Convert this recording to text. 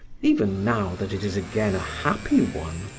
even now that it is again a happy one.